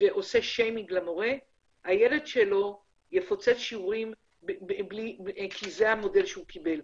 ועושה שיימינג למורה הילד שלו יפוצץ שיעורים כי זה המודל שהוא קיבל.